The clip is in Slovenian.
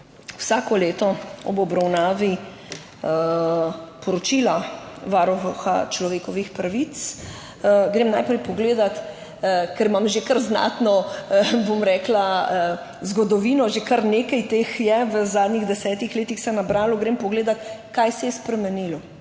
Vsako leto ob obravnavi poročila Varuha človekovih pravic grem najprej pogledati, ker imam že kar znatno, bom rekla, zgodovino, že kar nekaj teh se je nabralo v zadnjih desetih letih, grem pogledat, kaj se je spremenilo.